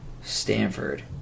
Stanford